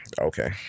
Okay